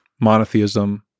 monotheism